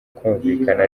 kumvikana